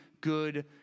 good